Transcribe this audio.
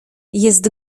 jest